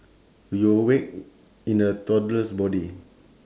you awake in a toddler's body